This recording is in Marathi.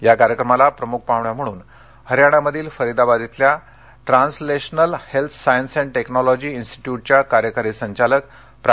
या कार्यक्रमाला प्रमुख पाहुण्या म्हणून हरियाणामधील फरिदाबाद येथील translational health science and technology इन्स्टिट्यूटच्या कार्यकारी संचालक प्रा